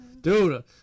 Dude